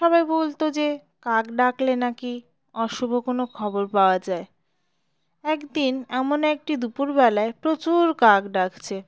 সবাই বলতো যে কাক ডাকলে নাকি অশুভ কোনো খবর পাওয়া যায় একদিন এমন একটি দুপুরবেলায় প্রচুর কাক ডাকছে